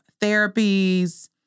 therapies